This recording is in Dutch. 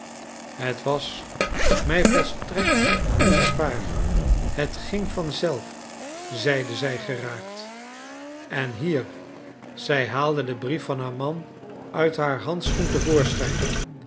het was mij volstrekt niet zwaar het ging van zelf zeide zij geraakt en hier zij haalde den brief van haar man uit haar handschoen